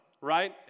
right